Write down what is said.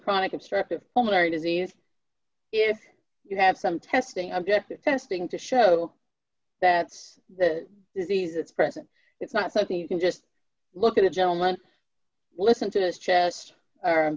obstructive pulmonary disease if you have some testing objective testing to show that the disease it's present it's not something you can just look at a gentleman listen to his chest